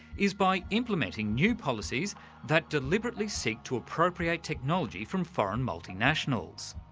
is by implementing new policies that deliberately seek to appropriate technology from foreign multinationals.